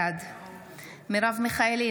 בעד מרב מיכאלי,